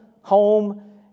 home